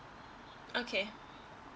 okay